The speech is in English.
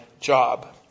job